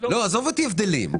עזוב אותי מהבדלים,